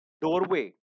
doorway